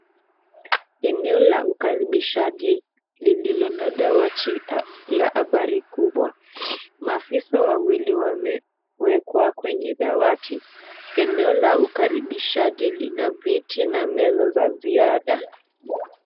Eneo la ukaribishaji lililo na dawati la abari kubwa, maafisa wawili wamewekwa kwenye dawati. Eneo la ukaribishaji lina viti na meza za ziada.